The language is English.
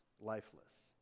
lifeless